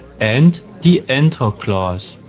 and the enter class.